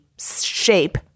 shape